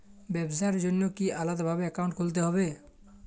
ব্যাবসার জন্য কি আলাদা ভাবে অ্যাকাউন্ট খুলতে হবে?